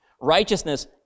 righteousness